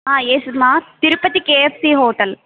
yes మా Tirupati KFC hotel